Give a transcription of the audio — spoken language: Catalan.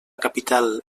capital